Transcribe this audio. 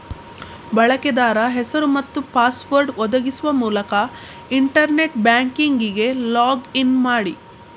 ಬಳಕೆದಾರ ಹೆಸರು ಮತ್ತು ಪಾಸ್ವರ್ಡ್ ಒದಗಿಸುವ ಮೂಲಕ ಇಂಟರ್ನೆಟ್ ಬ್ಯಾಂಕಿಂಗಿಗೆ ಲಾಗ್ ಇನ್ ಮಾಡಿ